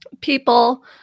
people